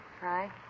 Hi